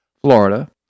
Florida